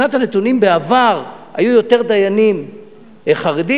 מבחינת הנתונים, בעבר היו יותר דיינים חרדים.